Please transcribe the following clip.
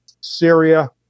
Syria